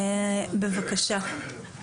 בבקשה.